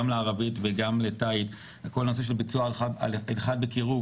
לערבית וגם לתאי על כל הנושא של ביצוע הלכת בקירוב,